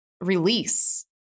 release